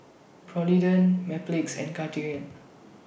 Polident Mepilex and Cartigain